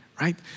right